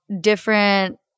different